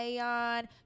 on